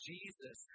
Jesus